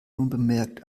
unbemerkt